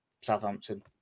Southampton